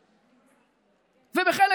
ובחלק,